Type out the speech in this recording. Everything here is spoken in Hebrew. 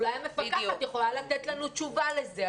אולי המפקחת יכולה לתת לנו תשובה לזה,